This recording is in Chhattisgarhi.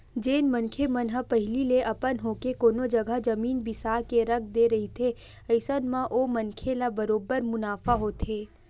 जेन मनखे मन ह पहिली ले अपन होके कोनो जघा जमीन बिसा के रख दे रहिथे अइसन म ओ मनखे ल बरोबर मुनाफा होथे